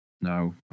No